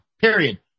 period